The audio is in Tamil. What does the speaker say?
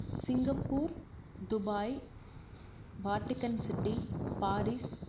Singapore Dubai Vatican City Paris